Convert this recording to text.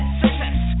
success